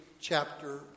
chapter